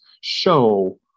show